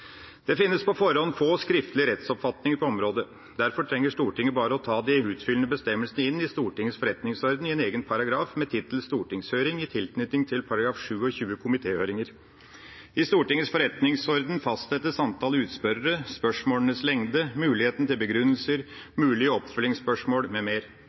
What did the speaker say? Det finnes på forhånd få skriftlige rettsoppfatninger på området. Derfor trenger Stortinget bare å ta de utfyllende bestemmelsene inn i Stortingets forretningsorden i en egen paragraf med tittel «Stortingshøring» i tilknytning til § 27 Komitéhøringer. I Stortingets forretningsorden fastsettes antall utspørrere, spørsmålenes lengde, mulighetene til begrunnelser, mulige oppfølgingsspørsmål